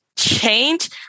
change